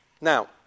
Now